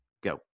Go